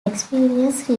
experience